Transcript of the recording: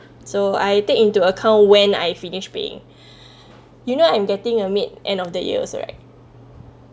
so I take into account when I finished paying you know I'm getting a maid end of the years right